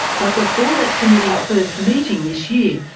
but before that committee's first meeting this year,